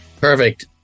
Perfect